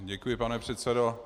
Děkuji, pane předsedo.